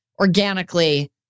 organically